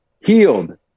Healed